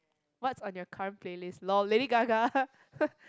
what's on your current playlist lol Lady Gaga